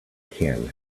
can